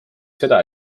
seda